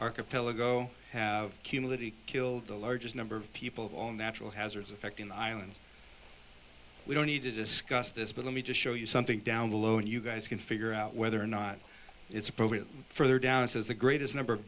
archipelago have humility killed the largest number of people of all natural hazards in fact in ireland we don't need to discuss this but let me just show you something down below and you guys can figure out whether or not it's appropriate further down it says the greatest number of